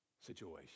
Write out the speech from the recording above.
situation